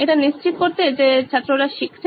এটাই নিশ্চিত করতে যে ছাত্ররা শিখছে